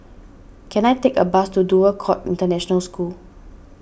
can I take a bus to Dover Court International School